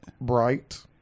Bright